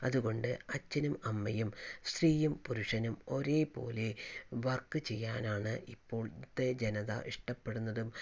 അതുകൊണ്ട് അച്ഛനും അമ്മയും സ്ത്രീയും പുരുഷനും ഒരേപോലെ വർക്ക് ചെയ്യാനാണ് ഇപ്പോഴത്തെ ജനത ഇഷ്ടപ്പെടുന്നതും